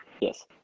yes